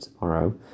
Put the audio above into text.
tomorrow